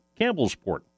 campbellsport